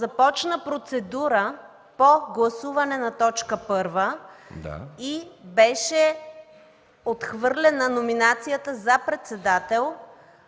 започна процедура по гласуване на точка първа и беше отхвърлена номинацията за председател